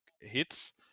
hits